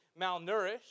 malnourished